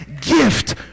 gift